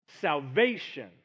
salvation